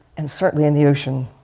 and certainly in the ocean